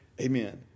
Amen